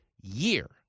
year